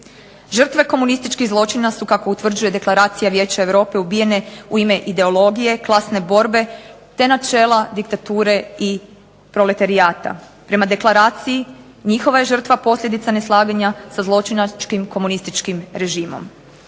Žrtve komunističkih zločina su, kako utvrđuje Deklaracija Vijeća Europe ubijene u ime ideologije, klasne borbe te načela diktature i proletarijata. Prema deklaraciji njihova je žrtva posljedica neslaganja sa zločinačkim komunističkim režimom.